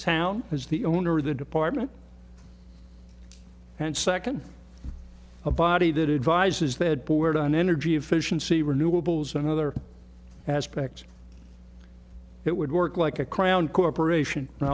town as the owner of the department and second a body that advises that board on energy efficiency renewables and other aspects it would work like a crown corporation